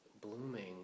blooming